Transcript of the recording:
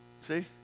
See